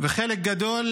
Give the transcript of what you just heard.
וחלק גדול